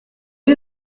est